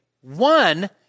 One